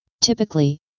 Typically